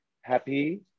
happy